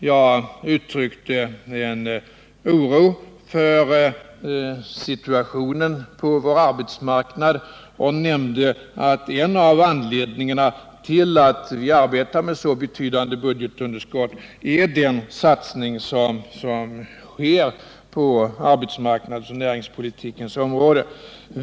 Jag uttryckte en oro för situationen på vår arbetsmarknad och nämnde att en av anledningarna till att vi arbetar med så betydande budgetunderskott är den satsning som sker på arbetsmarknadsoch näringspolitikens områden.